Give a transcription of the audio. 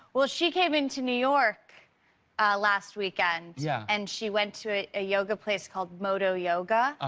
well, she came in to new york last weekend yeah and she went to a yoga place called motto yoga. ah